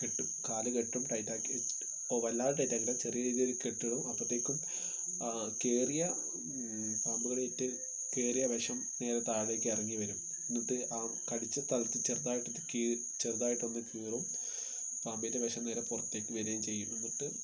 കെട്ടും കാല് കെട്ടും ടൈറ്റ് ആക്കി വല്ലാണ്ട് ടൈറ്റ് ആക്കില്ല ചെറിയ രീതിയിൽ കെട്ടിടും അപ്പോഴ്ത്തേക്കും കയറിയ പാമ്പു കടിയേറ്റ് കയറിയ വിഷം നേരെ താഴേക്ക് ഇറങ്ങി വരും എന്നിട്ട് ആ കടിച്ച സ്ഥലത്ത് ചെറുതായിട്ടൊരൂ കീറും ചെറുതായിട്ടൊന്നു കീറും പാമ്പിൻ്റെ വിഷം നേരെ പുറത്തേക്ക് വരുകയും ചെയ്യും എന്നിട്ട്